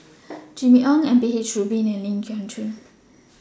Jimmy Ong M P H Rubin and Ling Geok Choon